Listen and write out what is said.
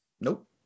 Nope